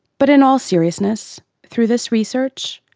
but in all seriousness, through this research,